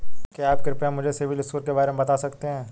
क्या आप कृपया मुझे सिबिल स्कोर के बारे में बता सकते हैं?